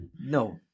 No